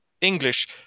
english